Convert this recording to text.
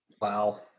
Wow